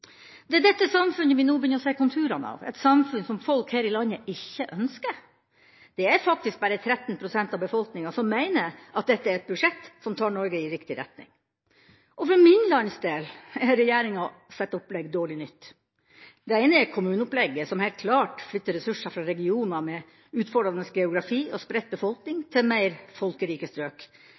Det er dette samfunnet vi nå begynner å se konturene av – et samfunn som folk her i landet ikke ønsker. Det er faktisk bare 13 pst. av befolkninga som mener at dette er et budsjett som tar Norge i riktig retning. Og for min landsdel er regjeringas opplegg dårlig nytt. Det ene er kommuneopplegget, som helt klart flytter ressurser fra regioner med utfordrende geografi og spredt befolkning til mer folkerike strøk.